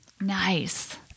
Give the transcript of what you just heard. Nice